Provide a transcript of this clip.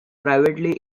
privately